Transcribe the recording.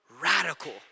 Radical